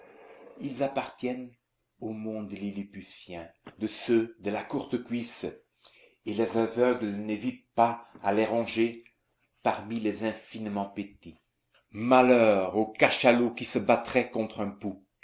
ils appartiennent au monde lilliputien de ceux de la courte cuisse et les aveugles n'hésitent pas à les ranger parmi les infiniment petits malheur au cachalot qui se battrait contre un pou